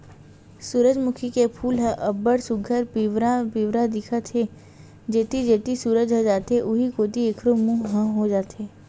सूरजमूखी के फूल ह अब्ब्ड़ सुग्घर पिंवरा पिंवरा दिखत हे, जेती जेती सूरज ह जाथे उहीं कोती एखरो मूँह ह हो जाथे